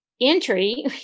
entry